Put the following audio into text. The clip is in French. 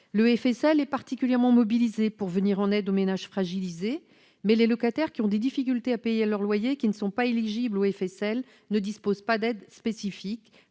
(FSL) est particulièrement mobilisé pour venir en aide aux ménages fragilisés, mais les locataires ayant des difficultés à payer leur loyer qui ne sont pas éligibles à ce fonds ne disposent pas d'aide spécifique.